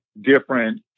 different